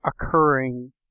occurring